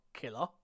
Killer